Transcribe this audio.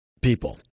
people